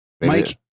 Mike